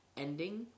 ending